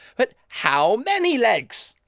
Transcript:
but how many legs?